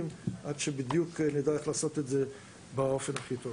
עד שנדע לעשות את זה באופן הכי טוב.